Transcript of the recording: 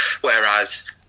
Whereas